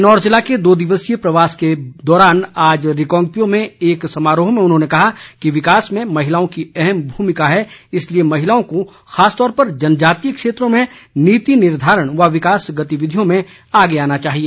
किन्नौर जिले के दो दिवसीय प्रवास के दौरान आज रिकांगपिओ में एक समारोह में उन्होंने कहा कि विकास में महिलाओं की अहम भूमिका है इसलिए महिलाओं को खासतौर पर जनजातीय क्षेत्रों में नीति निर्धारण व विकास गतिविधियों में आगे आना चाहिए